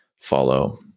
follow